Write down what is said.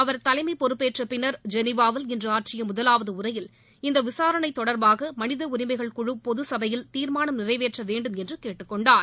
அவர் தலைமை பொறப்பேற்ற பின் ஜெனிவாவில் இன்று ஆற்றிய முதலாவது உரையில் இந்த விசாரணை தொடர்பாக மனித உரிமைகள் குழு பொது சபையில் தீர்மானம் நிறைவேற்ற வேண்டுமென்று கேட்டுக் கொண்டார்